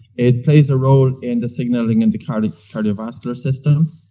it plays a role in the signaling in the kind of cardiovascular system.